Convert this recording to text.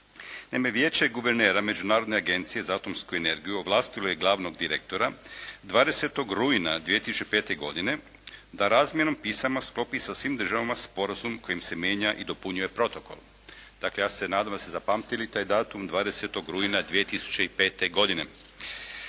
Naime, Vijeće guvernera Međunarodne agencije za atomsku energiju ovlastilo je glavnog direktora 20. rujna 2005. godine da razmjenom pisama sklopi sa svim državama sporazum kojim se mijenja i dopunjuje protokol. Dakle, ja se nadam da ste zapamtili taj datum 20. rujna 2005. godine.